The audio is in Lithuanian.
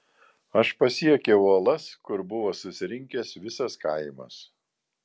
aš pasiekiau uolas kur buvo susirinkęs visas kaimas